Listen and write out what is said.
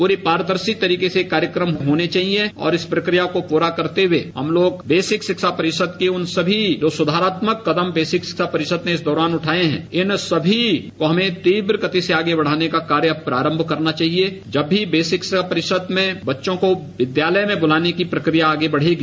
पूरी पारदर्शी तरीके से कार्यक्रम होने चाहिये और इस प्रक्रिया को पूरा करते हुए हम लोग बेसिक शिक्षा परिषद उन सीीी जो सुधारात्मक कदम बेसिक शिक्षा परिषद ने इस दौरान उठाये है इन सभी हमें तीव्रगति से आगे बढ़ाने का कार्य अब प्रारम्भ करना चाहिये जब भी बेसिक शिक्षा परिषद में बच्चों को विद्यालय में बुलाने की प्रक्रिया आगे बढ़ेगी